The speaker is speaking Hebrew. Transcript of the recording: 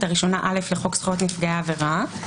הראשונה א' לחוק זכויות נפגעי עבירה.